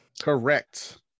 Correct